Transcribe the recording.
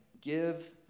give